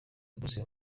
bruxelles